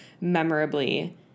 memorably